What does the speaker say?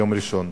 יום ראשון,